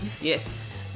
Yes